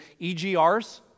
EGRs